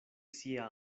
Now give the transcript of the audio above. sia